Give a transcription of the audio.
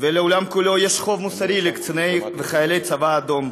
ולעולם כולו יש חוב מוסרי לקצינים ולחיילים של הצבא האדום.